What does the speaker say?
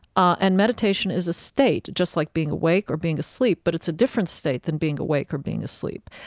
and meditation is a state, just like being awake or being asleep, but it's a different state than being awake or being asleep.